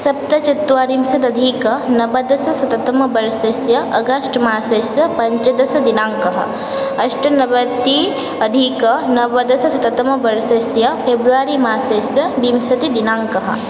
सप्तचत्वारिंषदधिकं नवदशशततमवर्षस्य अगस्ट् मासस्य पञ्चदशदिनाङ्कः अष्टनवत्यधिकं नवदशशततमवर्षस्य फे़ब्रवरि मासस्य विंशतिदिनाङ्कः